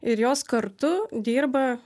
ir jos kartu dirba